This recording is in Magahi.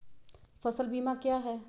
फ़सल बीमा क्या है?